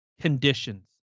conditions